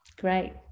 Great